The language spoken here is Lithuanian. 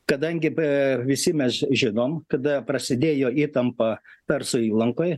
kadangi b visi mes žinom kada prasidėjo įtampa persų įlankoj